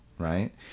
Right